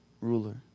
ruler